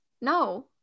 no